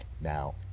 Now